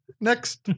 Next